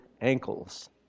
ankles